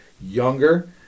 younger